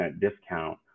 discount